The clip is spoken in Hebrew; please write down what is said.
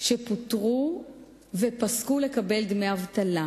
שפוטרו ופסקו לקבל דמי אבטלה.